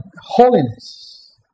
holiness